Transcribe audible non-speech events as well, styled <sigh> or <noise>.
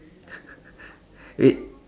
<laughs> wait